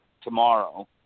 tomorrow